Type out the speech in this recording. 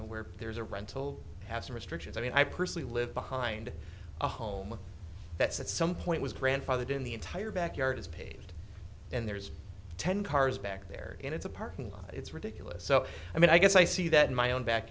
know where there's a rental has restrictions i mean i personally live behind a home that's at some point was grandfathered in the entire backyard is paved and there's ten cars back there and it's a parking lot it's ridiculous so i mean i guess i see that in my own back